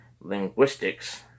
linguistics